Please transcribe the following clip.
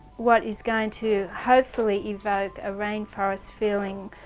what is going to hopefully evoke a rainforest feeling.